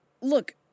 Look